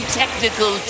technical